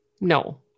No